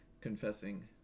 confessing